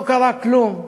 לא קרה כלום.